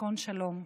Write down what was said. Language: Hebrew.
ישכון שלום,